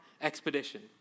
Expedition